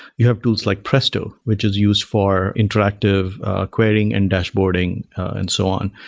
you have tools like presto, which is used for interactive querying and dashboarding and so on.